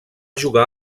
jugar